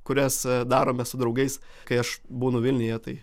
kurias darome su draugais kai aš būnu vilniuje tai